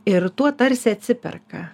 ir tuo tarsi atsiperka